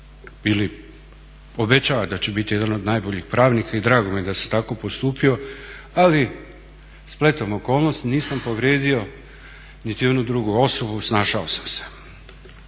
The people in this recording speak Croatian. ili obećava da će biti jedan od najboljih pravnika i drago mi je da sam tako postupio. Ali spletom okolnosti nisam povrijedio niti onu drugu osobu, snašao sam se.